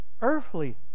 earthly